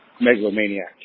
megalomaniac